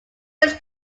his